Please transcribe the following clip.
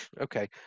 Okay